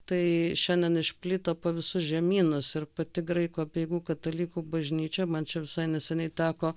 tai šiandien išplito po visus žemynus ir pati graikų apeigų katalikų bažnyčia man čia visai neseniai teko